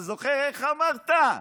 אתה זוכר איך אמרת?